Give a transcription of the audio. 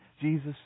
Jesus